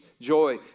joy